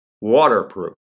Waterproof